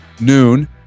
noon